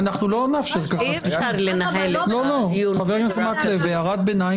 לא, לא היה נראה.